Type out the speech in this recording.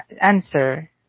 answer